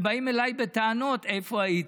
ובאים אלי בטענות: איפה היית?